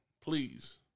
please